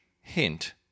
Hint